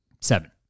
Seven